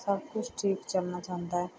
ਸਭ ਕੁਛ ਠੀਕ ਚਾਲ ਨਾਲ ਚੱਲਦਾ ਹੈ